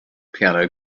piano